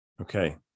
Okay